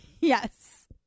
Yes